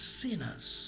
sinners